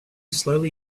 slowly